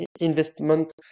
investment